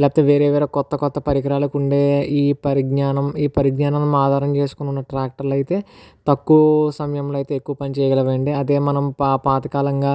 లేకపోతే వేరే వేరే కొత్త కొత్త పరికరాలకు ఉండే ఈ పరిజ్ఞానం ఈ పరిజ్ఞానం ఆధారం చేసుకునే మన ట్రాక్టర్లు అయితే తక్కువ సమయంలో అయితే ఎక్కువ పనిచేయగలవండి అదే మనం పాత పాతకాలంగా